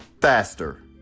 faster